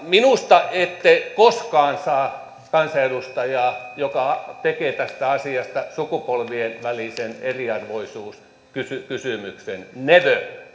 minusta ette koskaan saa kansanedustajaa joka tekee tästä asiasta sukupolvien välisen eriarvoisuuskysymyksen never minä